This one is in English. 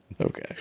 Okay